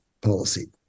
policy